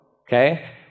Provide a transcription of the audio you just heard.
okay